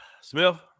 Smith